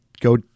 go